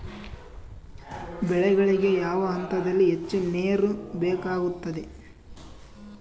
ಬೆಳೆಗಳಿಗೆ ಯಾವ ಹಂತದಲ್ಲಿ ಹೆಚ್ಚು ನೇರು ಬೇಕಾಗುತ್ತದೆ?